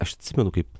aš atsimenu kaip